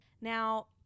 Now